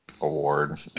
award